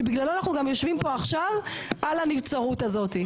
שבגללו אנחנו גם יושבים פה עכשיו על הנבצרות הזאתי.